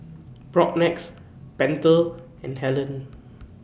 Propnex Pentel and Helen